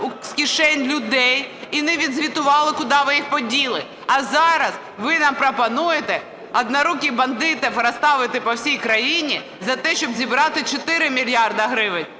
з кишень людей і не відзвітували, куди ви їх поділи. А зараз ви нам пропонуєте "одноруких бандитів" розставити по всій країні за те, щоб зібрати 4 мільярди гривень.